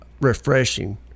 refreshing